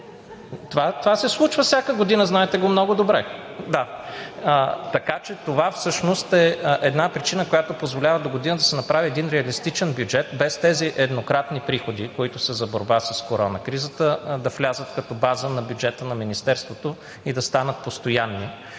Това се случва всяка година, знаете го много добре. Така че това е една причина, която позволява догодина да се направи един реалистичен бюджет, без тези еднократни приходи, които са за борба с корона кризата, да влязат като база в бюджета на министерствата и да станат постоянни,